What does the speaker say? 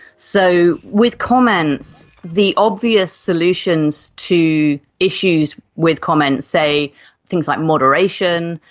so with comments the obvious solutions to issues with comments, say things like moderation,